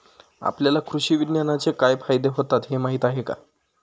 आपल्याला कृषी विज्ञानाचे काय फायदे होतात हे माहीत आहे का?